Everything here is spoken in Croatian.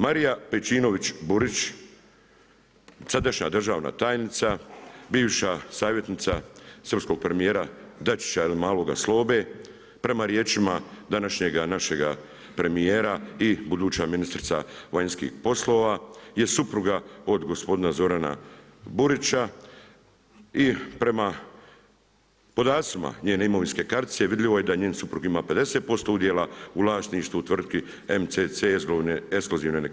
Marija Pejčinović Burić, sadašnja državna tajnica, bivša savjetnica srpskog premijera Dačića ili maloga Slobe, prema riječima današnjega našega premijera i buduća ministrica vanjskih poslova je supruga od gospodina Zorana Burića i prema podacima njene imovinske kartice vidljivo je da njen suprug ima 50% udjela u vlasništvu tvrtki MCC EKSKLUZIVNE